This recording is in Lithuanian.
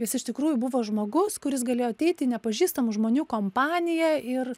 jis iš tikrųjų buvo žmogus kuris galėjo ateit į nepažįstamų žmonių kompaniją ir